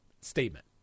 statement